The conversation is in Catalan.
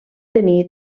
tenir